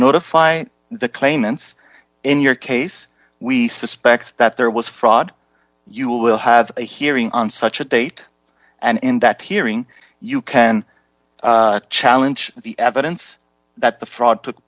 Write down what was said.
notify the claimants in your case we suspect that there was fraud you will have a hearing on such a date and in that hearing you can challenge the evidence that the fraud took